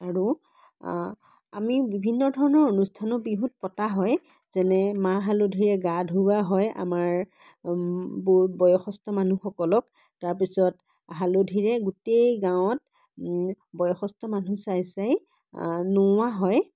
আৰু আমি বিভিন্ন ধৰণৰ অনুষ্ঠানো বিহুত পতা হয় যেনে মাহ হালধিৰে গা ধুওৱা হয় আমাৰ বৰ বয়সস্থ মানুহসকলক তাৰ পিছত হালধিৰে গোটেই গাঁৱত বয়সস্থ মানুহ চাই চাই নোওৱা হয়